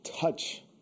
touch